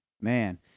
Man